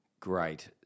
great